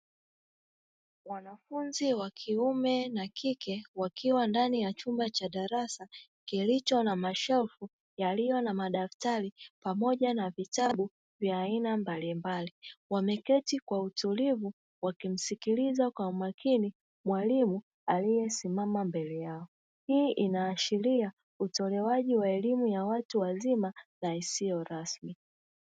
Wanafunzi wa kiume na kike wakiwa ndani ya chumba cha darasa kilicho na mashelfu yaliyo na madaftari pamoja na vitabu vya aina mbalimbali. Wameketi kwa utulivu wakimsikiliza kwa umakini mwalimu aliyesimama mbele yao. Hii inaashiria utolewaji wa elimu ya watu wazima na isiyo rasmi.